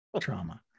trauma